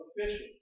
officials